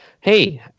Hey